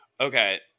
Okay